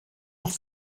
off